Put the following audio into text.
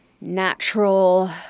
natural